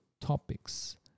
topics